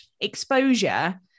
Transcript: exposure